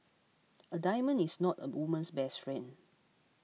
a diamond is not a woman's best friend